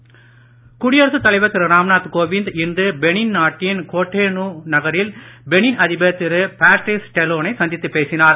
ராம்நாத் குடியரசு தலைவர் திரு ராம்நாத் கோவிந்த் இன்று பெனின் நாட்டின் கோட்டோனூ நகரில் பெனின் அதிபர் திரு பேட்ரீஸ் டேலோ னை சந்தித்துப் பேசினார்